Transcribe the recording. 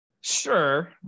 sure